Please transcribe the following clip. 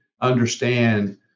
understand